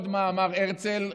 מה עוד אמר הרצל,